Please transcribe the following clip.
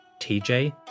TJ